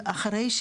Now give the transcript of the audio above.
כן.